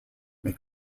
may